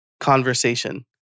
conversation